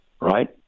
right